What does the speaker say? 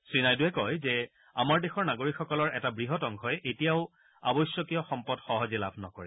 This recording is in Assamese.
শ্ৰীনাইডুৱে কয় যে আমাৰ দেশৰ নাগৰিকসকলৰ এটা বৃহৎ অংশই এতিয়াও আৱশ্যকীয় সম্পদ সহজে লাভ নকৰে